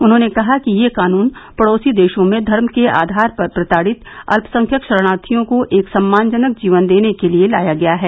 उन्होंने कहा कि यह कानून पढ़ोसी देशों में धर्म के आधार पर प्रताड़ित अत्यसंख्यक शरणार्थियों को एक सम्मानजनक जीवन देने के लिए लाया गया है